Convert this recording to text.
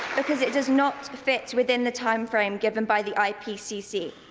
because it does not fit within the time frame given by the ipcc.